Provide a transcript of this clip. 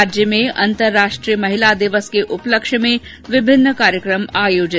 राज्य में अन्तरराष्ट्रीय महिला दिवस के उपलक्ष्य में विभिन्न कार्यक्रम आयोजित